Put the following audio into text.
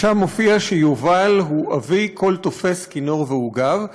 מופיע שיובל הוא "אבי כל תֹפש כינור ועוגב".